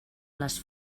les